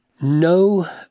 No